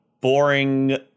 boring